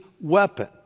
weapon